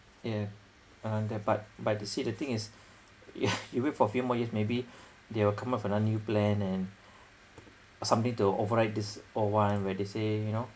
yeah uh that but but you see the thing is if you wait for a few more years maybe they will come up with another new plan and somebody to override this old one where they say you know